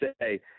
say